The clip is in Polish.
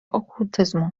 okultyzmu